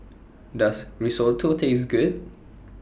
Does Risotto Taste Good